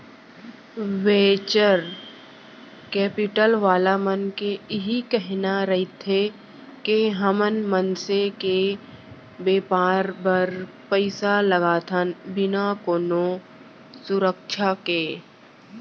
venture capital वाला मन के इही कहिना रहिथे के हमन मनसे के बेपार बर पइसा लगाथन बिना कोनो सुरक्छा के